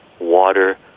water